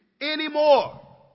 anymore